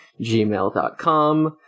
gmail.com